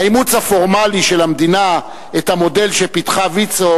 האימוץ הפורמלי של המדינה את המודל שפיתחה ויצו